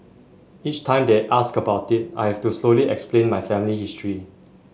each time they ask about it I have to slowly explain my family history